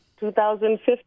2015